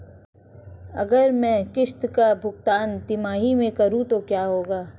अगर मैं किश्त का भुगतान तिमाही में करूं तो क्या होगा?